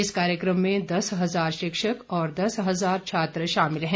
इस कार्यक्रम में दस हजार शिक्षक और दस हजार छात्र शामिल हैं